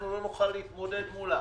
אנחנו לא נוכל להתמודד מולם.